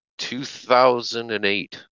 2008